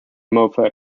moffat